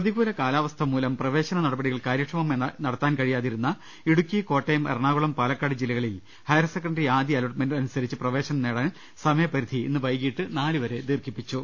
പ്രതികൂല കാലാവസ്ഥ മൂലം പ്രവേശന നടപടികൾ കാര്യ ക്ഷമമായി നടത്താൻ കഴിയാതിരുന്ന ഇടു്ക്കി കോട്ടയം എറണാ കുളം പാലക്കാട് ജില്ലകളിൽ ഹ്യർ സെക്കൻ്ററി ആദ്യ അലോ ട്ട്മെന്റ് അനുസരിച്ച് പ്രവേശ്നം നേടാൻ സമയപരിധി ഇന്ന് വൈകിട്ട് നാല് വരെ ദീർഘിപ്പിച്ചു